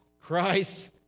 Christ